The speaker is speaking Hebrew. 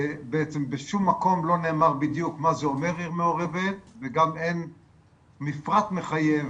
בעצם בשום מקום לא נאמר בדיוק מה זה אומר עיר מעורבת וגם אין מפרט מחייב